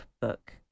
book